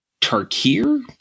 Tarkir